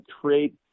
create